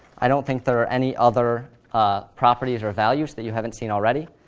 i don't think there are any other ah properties or values that you haven't seen already.